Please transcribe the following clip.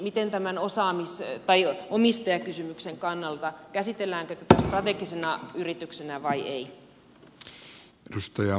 miten on tämän omistajakysymyksen kannalta käsitelläänkö tätä strategisena yrityksenä vai ei